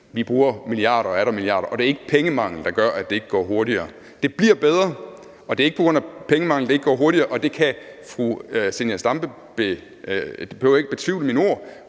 og atter milliarder, og at det ikke er pengemangel, der gør, at det ikke går hurtigere. Det bliver bedre, og det er ikke på grund af pengemangel, at det ikke går hurtigere, og fru Zenia Stampe behøver ikke betvivle mine ord